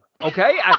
Okay